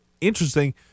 interesting